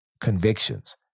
convictions